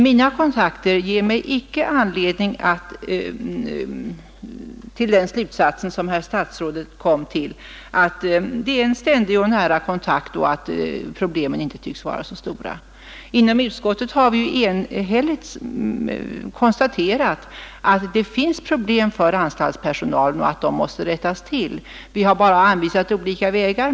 Mina kontakter ger mig inte anledning att dra den slutsats som statsrådet kom till, nämligen att det pågår en ständig och nära kontakt och att problemen inte tycks vara så stora. Utskottet har enhälligt konstaterat att anstaltspersonalen har problem och att dessa problem måste lösas. Vi har bara anvisat olika vägar.